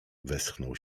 westchnął